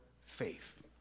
faith